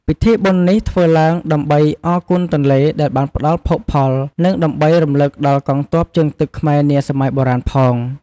ពិធីបុណ្យនេះធ្វើឡើងដើម្បីអរគុណទន្លេដែលបានផ្ដល់ភោគផល និងដើម្បីរំលឹកដល់កងទ័ពជើងទឹកខ្មែរនាសម័យបុរាណផង។